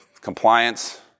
Compliance